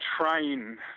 Train